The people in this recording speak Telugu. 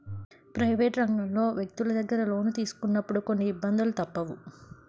ప్రైవేట్ రంగంలో వ్యక్తులు దగ్గర లోను తీసుకున్నప్పుడు కొన్ని ఇబ్బందులు తప్పవు